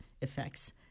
effects